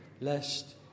lest